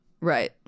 Right